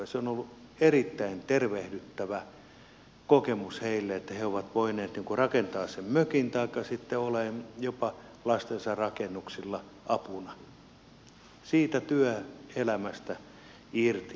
se on ollut erittäin tervehdyttävä kokemus heille että he ovat voineet rakentaa sen mökin taikka sitten olla jopa lastensa rakennuksilla apuna siitä työelämästä irti